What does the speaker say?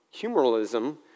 humoralism